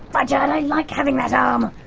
rudyard, i like having that arm.